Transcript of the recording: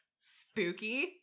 Spooky